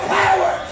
power